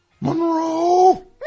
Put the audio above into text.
Monroe